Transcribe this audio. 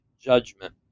Judgment